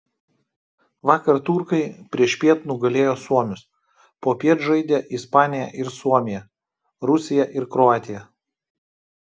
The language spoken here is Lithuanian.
vakar turkai priešpiet nugalėjo suomius popiet žaidė ispanija ir suomija rusija ir kroatija